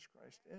Christ